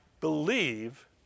believe